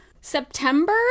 September